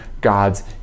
God's